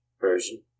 version